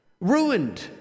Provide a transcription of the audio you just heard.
Ruined